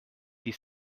die